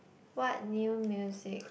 what new music